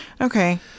Okay